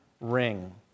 Ring